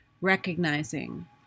recognizing